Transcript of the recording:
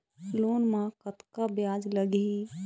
Loan म कतका ब्याज लगही?